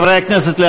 חברי הכנסת,